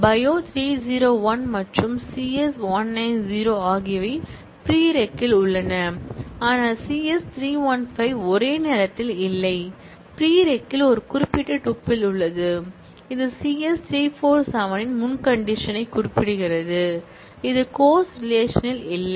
bio 301 மற்றும் CS 190 ஆகியவை ப்ரீரெக்கில் உள்ளன ஆனால் சிஎஸ் 315 ஒரே நேரத்தில் இல்லை ப்ரீரெக்கில் ஒரு குறிப்பிட்ட டூப்பிள் உள்ளது இது சிஎஸ் 347 இன் முன்கண்டிஷன் யைக் குறிப்பிடுகிறது இது கோர்ஸ் ரிலேஷன் ல் இல்லை